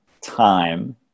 time